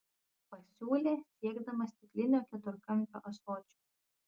pasiūlė siekdamas stiklinio keturkampio ąsočio